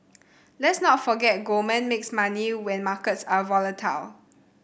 let's not forget Goldman makes money when markets are volatile